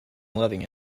loving